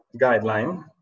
guideline